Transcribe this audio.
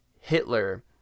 Hitler